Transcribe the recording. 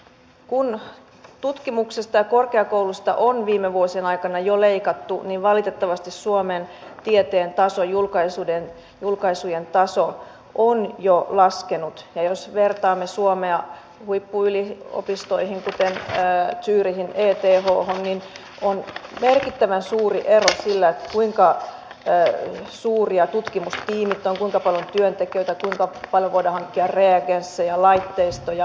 kun tutkimuksesta ja korkeakoulusta on viime vuosien aikana jo leikattu niin valitettavasti suomen tieteen taso julkaisujen taso on jo laskenut ja jos vertaamme suomea huippuyliopistoihin kuten zurichin ethhon niin on merkittävän suuri ero on sillä kuinka suuria tutkimustiimit ovat kuinka paljon on työntekijöitä kuinka paljon voidaan hankkia reagensseja laitteistoja